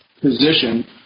position